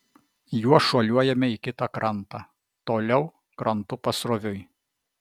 juo šuoliuojame į kitą krantą toliau krantu pasroviui